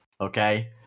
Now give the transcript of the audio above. okay